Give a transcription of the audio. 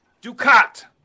Ducat